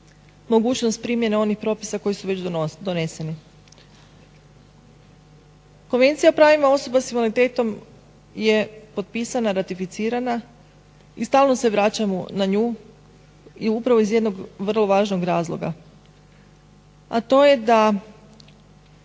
mogućnost primjene onih propisa koji su već doneseni. Konvencija o pravima osoba s invaliditetom je potpisana, ratificirana i stalno se vraćamo na nju i upravo iz jednog vrlo važnog razloga, a to je da